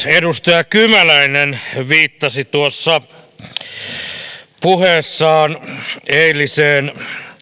edustaja kymäläinen viittasi puheessaan eiliseen